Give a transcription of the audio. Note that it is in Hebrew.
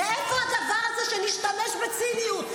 מאיפה הדבר הזה שנשתמש בציניות?